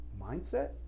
mindset